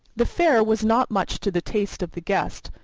the fare was not much to the taste of the guest,